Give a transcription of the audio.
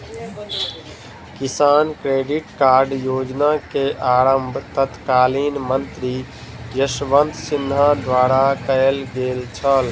किसान credit card योजना के आरम्भ तत्कालीन मंत्री यशवंत सिन्हा द्वारा कयल गेल छल